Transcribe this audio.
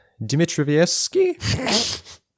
Dmitrievsky